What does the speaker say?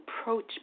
approach